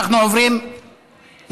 אנחנו עוברים להצבעה.